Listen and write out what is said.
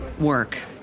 work